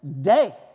day